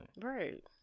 right